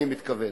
אני מתכוון,